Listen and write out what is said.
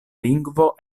lingvo